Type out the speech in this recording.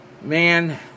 Man